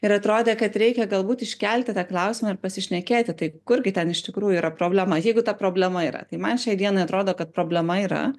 ir atrodė kad reikia galbūt iškelti tą klausimą ir pasišnekėti tai kur gi ten iš tikrųjų yra problema jeigu ta problema yra tai man šiai dienai atrodo kad problema yra